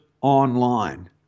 online